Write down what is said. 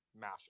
mash